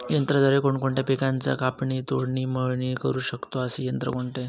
यंत्राद्वारे कोणकोणत्या पिकांची कापणी, तोडणी, मळणी करु शकतो, असे यंत्र कोणते?